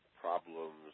problems